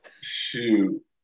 Shoot